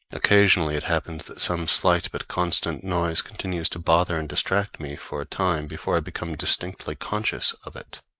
occasionally it happens that some slight but constant noise continues to bother and distract me for a time before i become distinctly conscious of it.